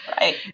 right